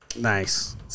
Nice